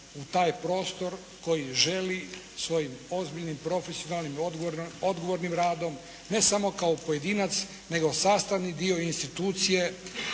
u taj prostor koji želi svojim ozbiljnim, profesionalnim i odgovornim radom ne samo kao pojedinac, nego i sastavni dio institucije